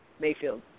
Mayfield